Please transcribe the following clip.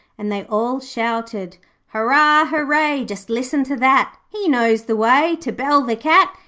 and they all shouted hurrah! hurray! just listen to that he knows the way to bell the cat.